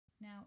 Now